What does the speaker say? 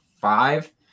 five